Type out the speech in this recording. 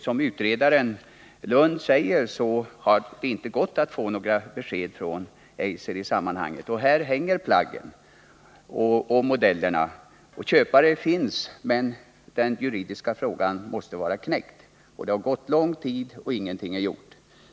Som utredaren Lund säger har det inte gått att få några besked från Eiser i sammanhanget. Här hänger plaggen och modellerna, och köpare finns. Men den juridiska frågan måste knäckas innan det kan bli någon försäljning. Det har gått lång tid, och ingenting har gjorts.